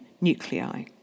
nuclei